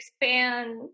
expand